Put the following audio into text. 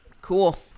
Cool